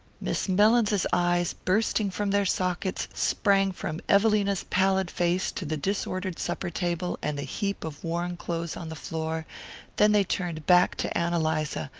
miss mellins's eyes, bursting from their sockets, sprang from evelina's pallid face to the disordered supper table and the heap of worn clothes on the floor then they turned back to ann eliza,